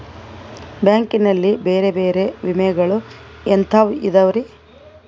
Bank ನಲ್ಲಿ ಬೇರೆ ಬೇರೆ ವಿಮೆಗಳು ಎಂತವ್ ಇದವ್ರಿ?